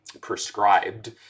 prescribed